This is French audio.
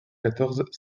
quatorze